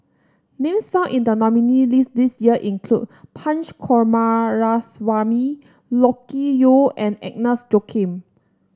names found in the nominee list this year include Punch Coomaraswamy Loke Yew and Agnes Joaquim